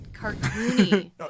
Cartoony